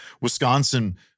Wisconsin